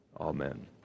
Amen